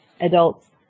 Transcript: adults